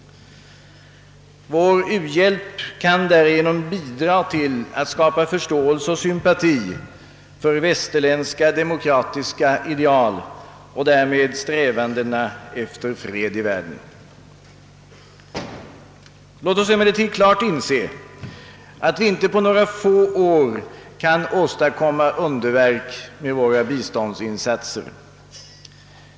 Vår u-hjälp kan därigenom bidra till att skapa förståelse och sympati för västerländska demokratiska ideal och därmed strävandena efter fred i världen. Låt oss emellertid klart inse att vi inte på några få år kan åstadkomma underverk med våra biståndsinsatser.